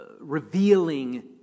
revealing